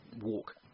walk